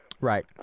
right